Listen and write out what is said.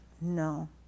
No